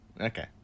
Okay